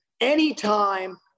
Anytime